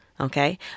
Okay